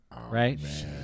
Right